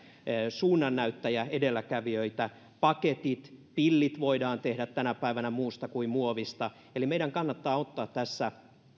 suunnannäyttäjiä ja edelläkävijöitä paketit pillit voidaan tehdä tänä päivänä muusta kuin muovista eli meidän kannattaa ottaa tässä